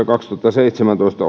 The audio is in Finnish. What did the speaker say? kaksituhattaseitsemäntoista